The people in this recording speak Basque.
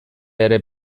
ere